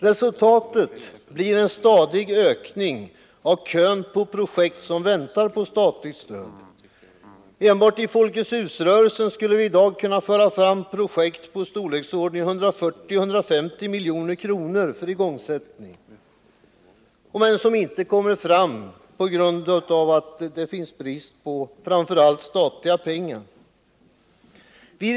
Resultatet blir en stadig ökning av kön på projekt som väntar på statligt stöd. Enbart i Folkets hus-rörelsen skulle vi i dag kunna föra fram projekt i storleksordningen 140-150 milj.kr. för igångsättning. Men det sker inte, framför allt på grund av brist på statliga pengar.